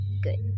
good